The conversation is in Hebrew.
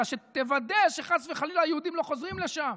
אלא שתוודא שחס וחלילה יהודים לא חוזרים לשם.